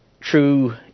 true